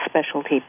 specialty